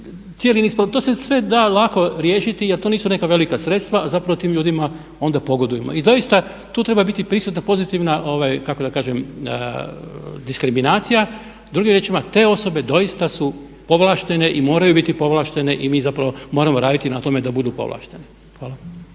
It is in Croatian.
to se sve da lako riješiti jer to nisu neka velika sredstva a zapravo tim ljudima onda pogodujemo. I doista tu treba biti prisutna pozitivna kako da kažem diskriminacija. Drugim riječima te osobe doista su povlaštene i moraju biti povlaštene i mi zapravo moramo raditi na tome da budu povlaštene. Hvala.